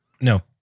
No